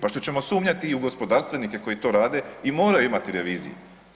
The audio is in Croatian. Pa šta ćemo sumnjati i u gospodarstvenike koji to rade i moraju imati reviziju.